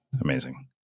Amazing